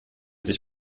sich